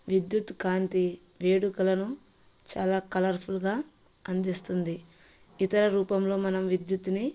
విద్యుత్ కాంతి వేడుకలను చాలా కలర్ఫుల్గా అందిస్తుంది ఇతర రూపంలో మనం విద్యుత్ని